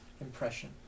impression